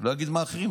לא אגיד מה אחרים,